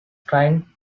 crying